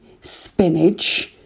spinach